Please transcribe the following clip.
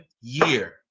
year